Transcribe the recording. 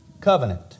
covenant